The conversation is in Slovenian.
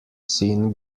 sin